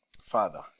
Father